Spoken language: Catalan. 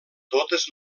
totes